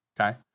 okay